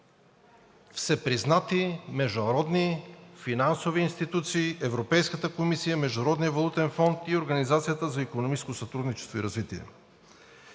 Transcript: всепризнати международни финансови институции, Европейската комисия, Международния валутен фонд и Организацията за икономическо сътрудничество и развитие.